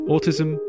Autism